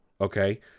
okay